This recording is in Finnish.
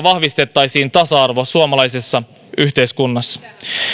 vahvistettaisiin tasa arvoa suomalaisessa yhteiskunnassa